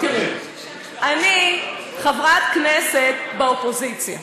אני חברת כנסת באופוזיציה,